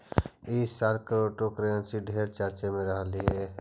ई साल क्रिप्टोकरेंसी ढेर चर्चे में रहलई हे